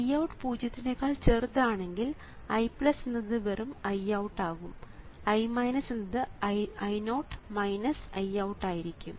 IOUT പൂജ്യത്തിനേക്കാൾ ചെറുതാണെങ്കിൽ I എന്നത് വെറും IOUT ആകും I എന്നത് I0 IOUT ആയിരിക്കും